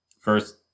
first